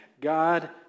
God